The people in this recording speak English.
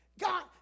God